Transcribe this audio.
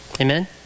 Amen